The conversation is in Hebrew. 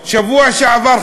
ובשבוע שעבר,